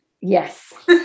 yes